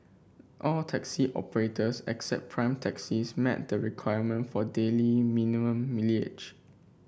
all taxi operators except Prime Taxis met the requirement for daily minimum mileage